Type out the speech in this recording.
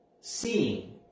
seeing